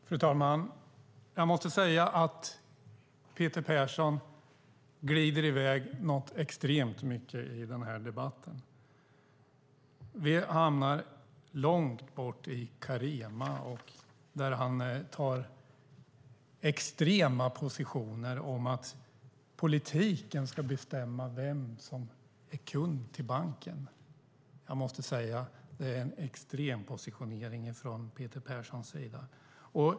Fru talman! Peter Persson glider i väg något extremt mycket i debatten. Vi hamnar långt bort i Carema där han intar extrema positioner om att politiken ska bestämma vem som är kund i banken. Det är en extrem positionering från Peter Perssons sida.